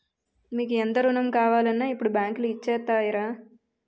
మీకు ఎంత రుణం కావాలన్నా ఇప్పుడు బాంకులు ఇచ్చేత్తాయిరా